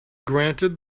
granted